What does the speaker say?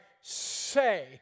say